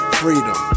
freedom